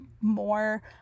more